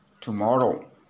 tomorrow